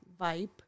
vibe